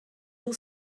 will